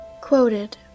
Quoted